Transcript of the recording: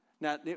Now